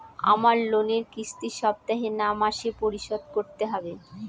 আমার লোনের কিস্তি সপ্তাহে না মাসে পরিশোধ করতে হবে?